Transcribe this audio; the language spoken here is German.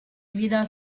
wieder